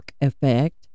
effect